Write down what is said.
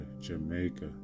Jamaica